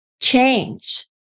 change